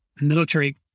military